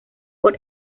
por